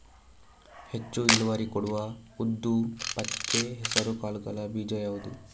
ಹೆಚ್ಚು ಇಳುವರಿ ಕೊಡುವ ಉದ್ದು, ಪಚ್ಚೆ ಹೆಸರು ಕಾಳುಗಳ ಬೀಜ ಯಾವುದು?